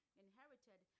inherited